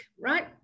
right